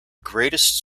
greatest